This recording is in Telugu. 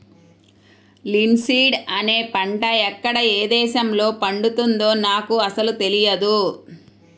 లిన్సీడ్ అనే పంట ఎక్కడ ఏ దేశంలో పండుతుందో నాకు అసలు తెలియదు